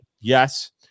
yes